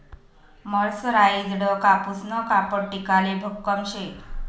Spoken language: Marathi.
मरसराईजडं कापूसनं कापड टिकाले भक्कम शे